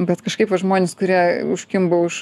bet kažkaip va žmonės kurie užkimba už